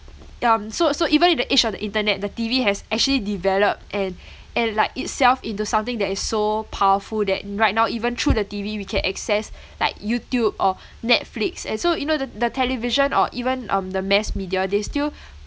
um so so even in the age of the internet the T_V has actually developed and and like itself into something that is so powerful that right now even through the T_V we can access like youtube or netflix and so you know the the television or even um the mass media they still